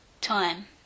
time